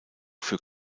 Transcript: für